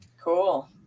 Cool